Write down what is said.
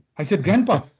i said, grandpa,